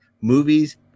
movies